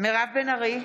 מירב בן ארי,